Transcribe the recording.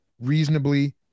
reasonably